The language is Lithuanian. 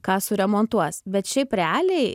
ką suremontuos bet šiaip realiai